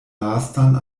lastan